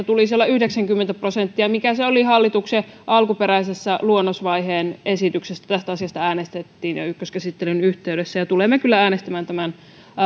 tulisi olla yhdeksänkymmentä prosenttia mikä se oli hallituksen alkuperäisessä luonnosvaiheen esityksessä tästä asiasta äänestettiin jo ykköskäsittelyn yhteydessä ja tulemme kyllä äänestämään tämän